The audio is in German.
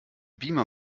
beamer